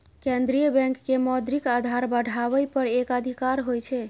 केंद्रीय बैंक के मौद्रिक आधार बढ़ाबै पर एकाधिकार होइ छै